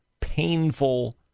painful